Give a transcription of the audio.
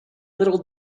little